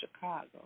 Chicago